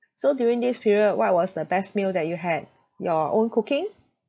so during this period what was the best meal that you had your own cooking